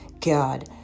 God